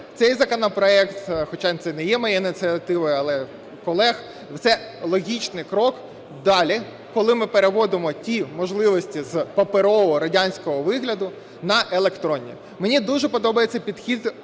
цей законопроект – хоча це не є моєю ініціативою, але колег – це логічний крок далі, коли ми переводимо ті можливості з паперового радянського вигляду на електронні. Мені дуже подобається підхід